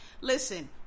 listen